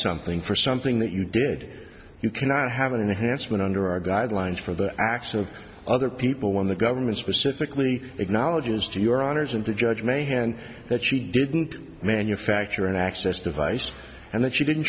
something for something that you did you cannot have an enhancement under our guidelines for the acts of other people when the government specifically acknowledges to your honor's and the judge may hand that she didn't manufacture an access device and that she didn't